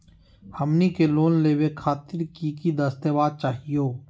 हमनी के लोन लेवे खातीर की की दस्तावेज चाहीयो?